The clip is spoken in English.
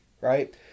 right